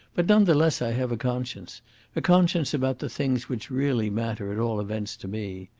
but none the less i have a conscience a conscience about the things which really matter, at all events to me.